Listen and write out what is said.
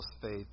faith